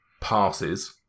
passes